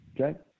Okay